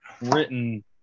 written